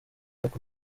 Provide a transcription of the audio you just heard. uko